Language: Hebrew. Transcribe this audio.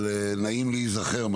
בהחלט נעים להיזכר,